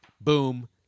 boom